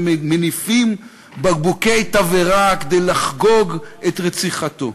ומניפים בקבוקי תבערה כדי לחגוג את רציחתו.